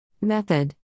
Method